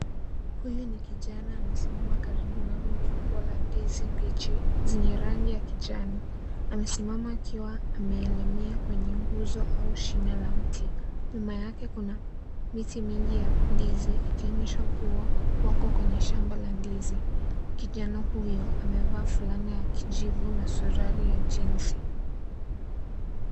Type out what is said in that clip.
Huyu ni kijana amesimama karibu na rundo kubwa la ndizi mbichi zenye rangi ya kijani. Amesimama akiwa ameelemea kwenye nguzo au shina la mti. Nyuma yake kuna miti mingi ya ndizi ikionyesha kuwa wako kwenye shamba la ndizi. Kijana huyo amevaa fulana ya kijivu na suruali ya jeans .